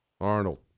Arnold